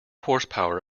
horsepower